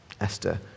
Esther